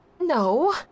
No